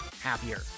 happier